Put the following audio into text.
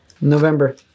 November